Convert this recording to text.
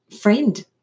friend